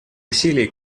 усилий